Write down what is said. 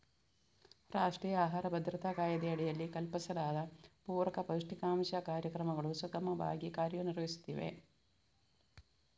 ರಾಷ್ಟ್ರೀಯ ಆಹಾರ ಭದ್ರತಾ ಕಾಯ್ದೆಯಡಿಯಲ್ಲಿ ಕಲ್ಪಿಸಲಾದ ಪೂರಕ ಪೌಷ್ಟಿಕಾಂಶ ಕಾರ್ಯಕ್ರಮಗಳು ಸುಗಮವಾಗಿ ಕಾರ್ಯ ನಿರ್ವಹಿಸುತ್ತಿವೆ